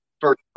first